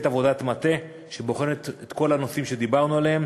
עבודת מטה שבוחנת את כל הנושאים שדיברנו עליהם,